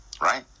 right